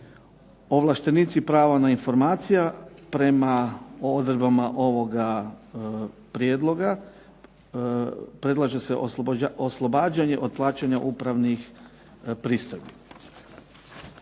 Ovlaštenici prava na informacije prema odredbama ovoga Prijedloga, predlaže se oslobađanje od plaćanja upravnih pristojbi.